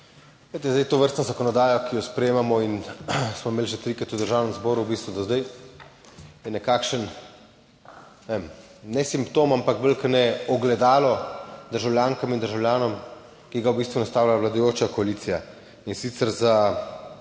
zdaj tovrstna zakonodaja, ki jo sprejemamo in smo imeli že trikrat v Državnem zboru, v bistvu do zdaj je nekakšen, ne vem, ne simptom, ampak bolj kot ne ogledalo državljankam in državljanom, ki ga v bistvu nastavlja vladajoča koalicija in sicer za